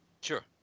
Sure